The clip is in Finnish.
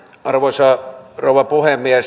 arvoisa rouva puhemies